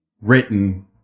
written